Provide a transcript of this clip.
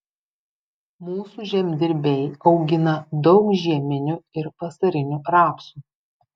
mūsų žemdirbiai augina daug žieminių ir vasarinių rapsų